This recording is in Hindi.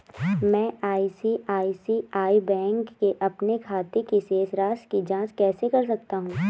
मैं आई.सी.आई.सी.आई बैंक के अपने खाते की शेष राशि की जाँच कैसे कर सकता हूँ?